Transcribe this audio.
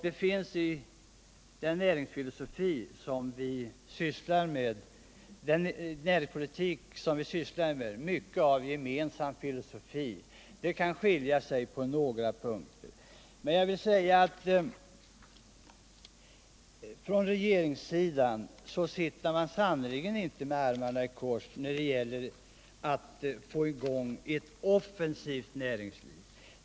Det finns i den näringspolitik vi sysslar med mycket av gemensam filosofi, det kan skilja sig på några punkter. Men regeringen sitter sannerligen inte med armarna i kors när det gäller att få i gång ett offensivt näringsliv.